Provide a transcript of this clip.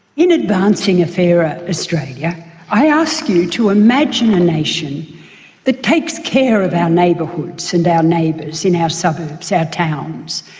in advancing a fairer australia yeah i ask you to imagine a nation that takes care of our neighbourhoods and our neighbours, in our suburbs, our towns,